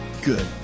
Good